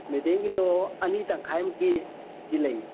ꯃꯦꯗꯤꯌꯝꯒꯤꯗꯣ ꯑꯅꯤ ꯇꯪꯈꯥꯏꯃꯨꯛꯀꯤꯗꯤ ꯂꯩ